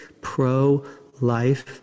pro-life